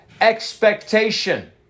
expectation